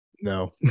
No